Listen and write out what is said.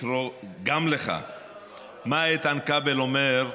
לקרוא גם לך מה איתן כבל אומר,